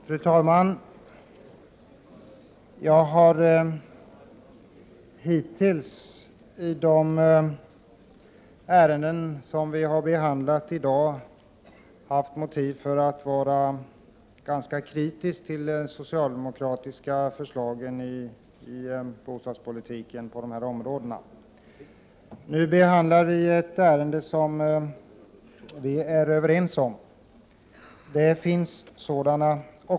Herr talman! Jag har hittills i de ärenden som vi har behandlat i dag haft motiv för att vara ganska kritisk mot de socialdemokratiska förslagen. Nu behandlar vi ett ärende som vi är överens om — det finns också sådana.